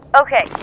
Okay